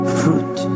fruit